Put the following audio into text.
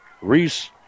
Reese